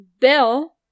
bill